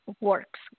works